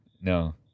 no